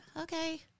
okay